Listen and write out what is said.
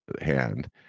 hand